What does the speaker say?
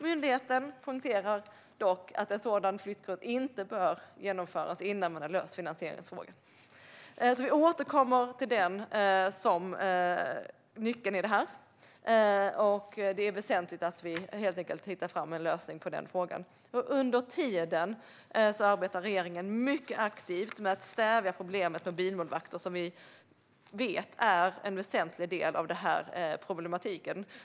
Myndigheten poängterar dock att en sådan flyttgrund inte bör genomföras innan man har löst finansieringsfrågan. Vi återkommer till den som nyckeln till det här. Det är väsentligt att vi hittar en lösning på den frågan. Under tiden arbetar regeringen mycket aktivt med att stävja problemet med bilmålvakter, som vi vet är en väsentlig del av den här problematiken.